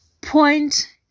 point